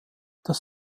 das